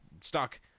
stuck